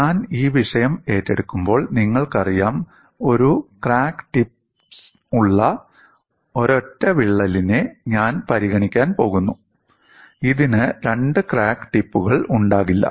ഞാൻ ഈ വിഷയം ഏറ്റെടുക്കുമ്പോൾ നിങ്ങൾക്കറിയാം ഒരു ക്രാക്ക് ടിപ്പ് ഉള്ള ഒരൊറ്റ വിള്ളലിനെ ഞാൻ പരിഗണിക്കാൻ പോകുന്നു ഇതിന് രണ്ട് ക്രാക്ക് ടിപ്പുകൾ ഉണ്ടാകില്ല